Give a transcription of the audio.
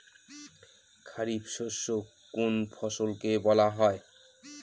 খারিফ শস্য কোন কোন ফসলকে বলা হয়?